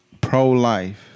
pro-life